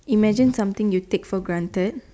imagine something you take for granted